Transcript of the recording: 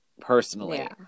personally